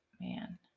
Man